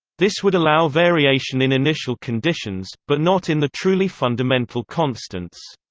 this would allow variation in initial conditions, but not in the truly fundamental constants.